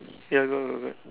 ya got got got